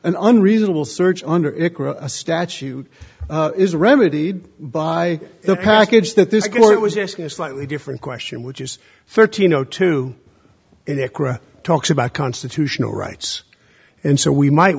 an unreasonable search under a statute is remedied by the package that this court was asking a slightly different question which is thirteen zero two and it talks about constitutional rights and so we might